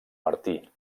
martí